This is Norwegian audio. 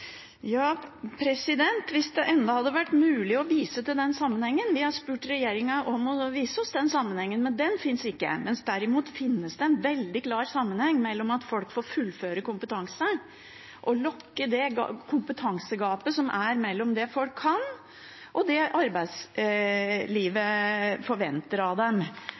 Hvis det enda hadde vært mulig å vise til den sammenhengen. Vi har bedt regjeringen om å vise oss den sammenhengen, men den finnes ikke. Derimot finnes det en veldig klar sammenheng med hensyn til at folk får fullføre kompetanse – at man lukker det kompetansegapet som er mellom det folk kan, og det arbeidslivet forventer av dem.